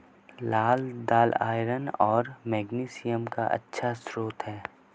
लाल दालआयरन और मैग्नीशियम का अच्छा स्रोत है